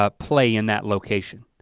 ah play in that location.